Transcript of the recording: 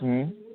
हम्म